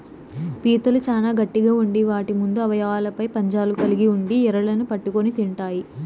పీతలు చానా గట్టిగ ఉండి వాటి ముందు అవయవాలపై పంజాలు కలిగి ఉండి ఎరలను పట్టుకొని తింటాయి